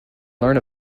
learn